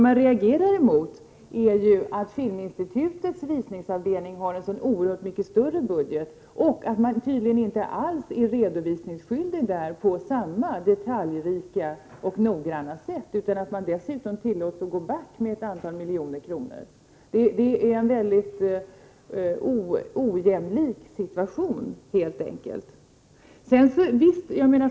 Man reagerar emot att Filminstitutets visningsavdelning har en så oerhört mycket större budget och att den tydligen inte alls är redovisningsskyldig på samma detaljrika och noggranna sätt. Dessutom tillåts verksamheten att gå back med ett antal miljoner kronor. Detta är en mycket ojämlik situation.